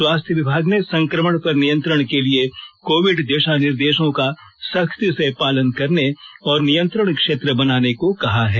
स्वास्थ्य विभाग ने संक्रमण पर नियंत्रण के लिए कोविड दिशा निर्देशों का सख्ती से पालन करने और नियंत्रण क्षेत्र बनाने को कहा है